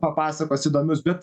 papasakos įdomius bet